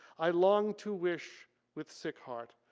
i long to wish with sick heart.